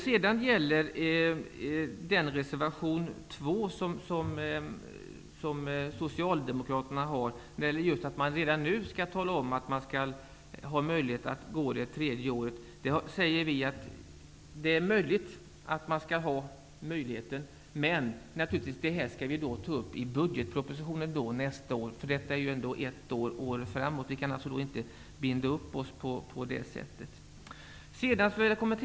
I reservation 2 vill Socialdemokraterna att vi redan nu skall tala om huruvida det skall finnas möjlighet att gå det tredje året. Vi säger vi att det är möjligt att möjligheten skall finnas, men detta skall vi ta upp i budgetpropositionen nästa år. Detta är ändå ett år framåt. Vi kan inte binda upp oss på det sätt som Socialdemokraterna vill att vi skall göra.